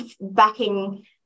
backing